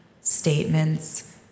statements